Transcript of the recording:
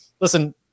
Listen